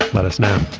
let us now.